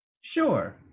Sure